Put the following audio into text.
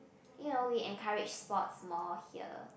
you know we encourage sports more here